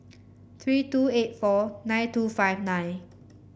three two eight four nine two five nine